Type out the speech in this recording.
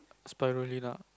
Spirulina